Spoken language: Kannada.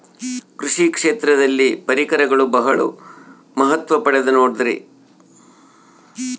ಕೃಷಿ ಕ್ಷೇತ್ರದಲ್ಲಿ ಪರಿಕರಗಳು ಬಹಳ ಮಹತ್ವ ಪಡೆದ ನೋಡ್ರಿ?